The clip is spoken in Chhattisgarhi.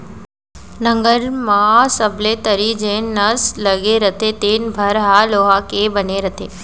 नंगर म सबले तरी जेन नस लगे रथे तेने भर ह लोहा के बने रथे